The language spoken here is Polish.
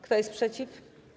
Kto jest przeciw?